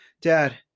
Dad